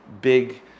big